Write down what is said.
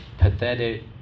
pathetic